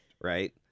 Right